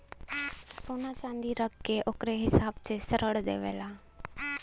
सोना च्नादी रख के ओकरे हिसाब से ऋण देवेला